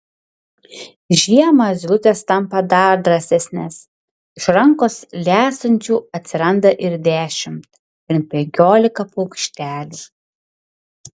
žiemą zylutės tampa dar drąsesnės iš rankos lesančių atsiranda ir dešimt ir penkiolika paukštelių